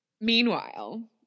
Meanwhile